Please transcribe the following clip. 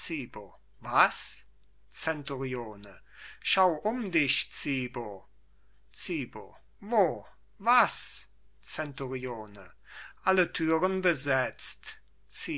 was zenturione schau um dich zibo zibo wo was zenturione alle türen besetzt